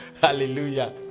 Hallelujah